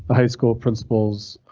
high school principals.